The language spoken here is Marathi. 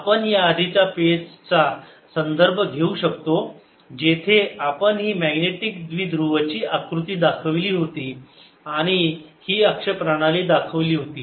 आपण या आधीच्या पेज चा संदर्भ घेऊ शकतोRefer Time 1603 जेथे आपण ही मॅग्नेटिक द्विध्रुवाची आकृती दाखवली होती आणि ही अक्ष प्रणाली दाखवली होती